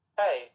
hey